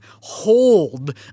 hold